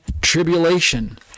tribulation